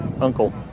uncle